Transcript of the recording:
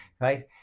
right